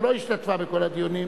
שלא השתתפה בכל הדיונים,